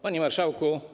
Panie Marszałku!